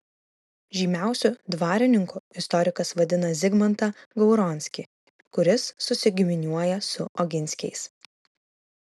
žymiausiu dvarininku istorikas vadina zigmantą gauronskį kuris susigiminiuoja su oginskiais